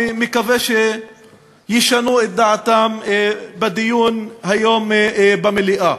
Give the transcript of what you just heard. אני מקווה שהם ישנו את דעתם בדיון היום במליאה.